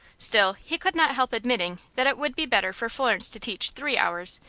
still, he could not help admitting that it would be better for florence to teach three hours,